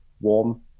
warm